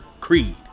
creed